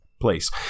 place